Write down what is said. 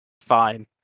Fine